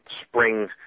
spring